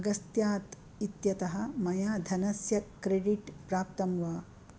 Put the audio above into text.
अगस्त्यात् इत्यतः मया धनस्य क्रेडिट् प्राप्तं वा